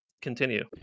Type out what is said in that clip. Continue